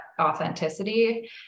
authenticity